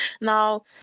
Now